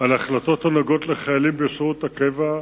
על החלטות הנוגעות לחיילים בשירות הקבע),